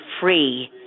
free